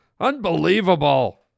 Unbelievable